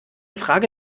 frage